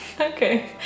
Okay